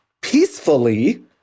peacefully